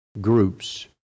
groups